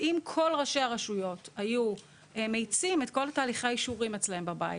אבל אם כול ראשי הרשויות היו מאיצים את כול תהליכי האישורים אצלם בבית,